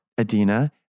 Adina